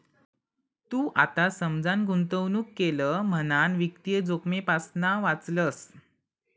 तू आता समजान गुंतवणूक केलं म्हणान वित्तीय जोखमेपासना वाचलंस